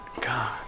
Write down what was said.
god